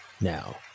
Now